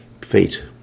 fate